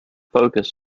focus